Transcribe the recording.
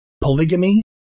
polygamy